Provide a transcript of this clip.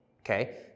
okay